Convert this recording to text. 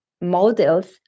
models